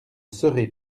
serai